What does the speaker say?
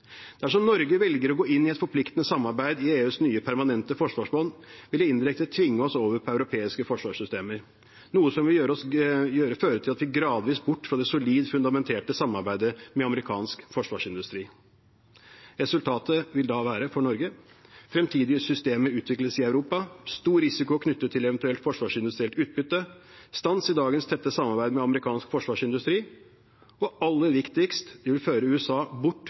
Dersom Norge velger å gå inn i et forpliktende samarbeid i EUs nye permanente forsvarsfond, vil det indirekte tvinge oss over til europeiske forsvarssystemer, noe som vil føre oss gradvis bort fra det solid fundamenterte samarbeidet med amerikansk forsvarsindustri. Resultatet for Norge vil da være at fremtidige systemer utvikles i Europa, det blir stor risiko knyttet til eventuelt forsvarsindustrielt utbytte, det blir stans i dagens tette samarbeid med amerikansk forsvarsindustri, og aller viktigst: Det vil føre USA bort